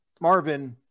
Marvin